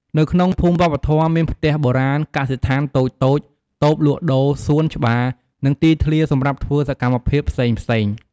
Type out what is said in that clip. នៅក្នុងភូមិវប្បធម៌មានផ្ទះបុរាណ កសិដ្ឋានតូចៗ តូបលក់ដូរ សួនច្បារ និងទីធ្លាសម្រាប់ធ្វើសកម្មភាពផ្សេងៗ។